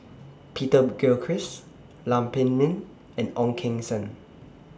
Peter Gilchrist Lam Pin Min and Ong Keng Sen